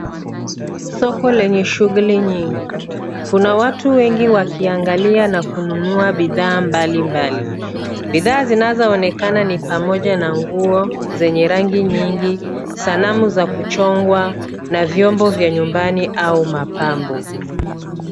Soko lenye shughuli nyingi. Kuna watu wengi wakiangalia na kununa bidhaa mbali mbali. Bidhaa zinazoonekana ni pamoja na nguo zenye rangi nyingi, sanamu za kuchongwa na vyombo vya nyumbani au mapambo.